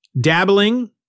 dabbling